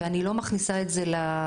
ואני לא מכניסה את זה להסתייגות,